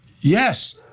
Yes